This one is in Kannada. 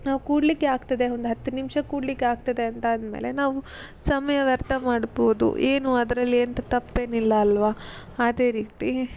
ನಾವು ಕೂಡಲಿಕ್ಕೆ ಆಗ್ತದೆ ಒಂದು ಹತ್ತು ನಿಮಿಷ ಕೂಡಲಿಕ್ಕೆ ಆಗ್ತದೆ ಅಂತ ಅಂದಮೇಲೆ ನಾವು ಸಮಯ ವ್ಯರ್ಥ ಮಾಡ್ಬೌದು ಏನು ಅದರಲ್ಲಿ ಎಂಥ ತಪ್ಪೇನಿಲ್ಲ ಅಲ್ವಾ ಅದೇ ರೀತಿ